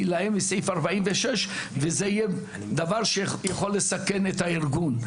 כי להם יש את סעיף 46 וזה יהיה דבר שיכול לסכן את הארגון,